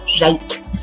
right